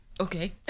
Okay